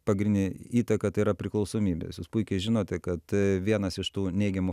pagrindinę įtaką tai yra priklausomybės jūs puikiai žinote kad vienas iš tų neigiamų